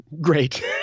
great